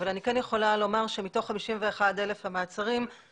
אבל אני כן יכולה לומר שמתוך 51,000 המעצרים,